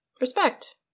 respect